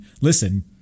listen